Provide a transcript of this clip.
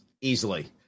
easily